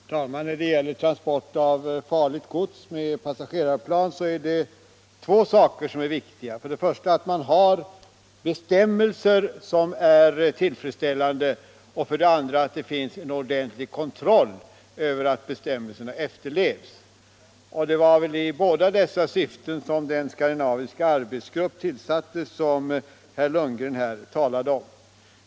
Herr talman! När det gäller transport av farligt gods med passagerarplan är två saker viktiga: för det första att man har bestämmelser som är tillfredsställande och för det andra att det finns en ordentlig kontroll av att bestämmelserna efterlevs. Det var väl i båda dessa syften som den skandinaviska arbetsgrupp tillsattes, som herr Lundgren här talade om.